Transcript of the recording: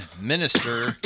Minister